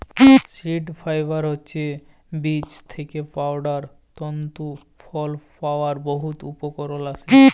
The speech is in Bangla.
সিড ফাইবার হছে বীজ থ্যাইকে পাউয়া তল্তু ফল যার বহুত উপকরল আসে